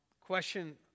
Question